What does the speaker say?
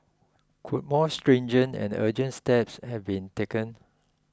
could more stringent and urgent steps have been taken